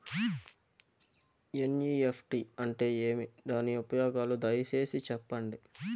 NEFT అంటే ఏమి? దాని ఉపయోగాలు దయసేసి సెప్పండి?